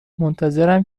منتظرم